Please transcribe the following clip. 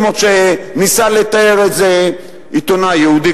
כמו שניסה לתאר את זה עיתונאי יהודי,